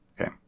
Okay